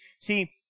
See